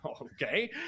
okay